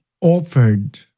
offered